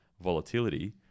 volatility